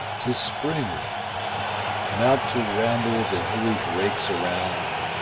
tis spring come out to ramble the hilly brakes around,